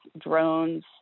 drones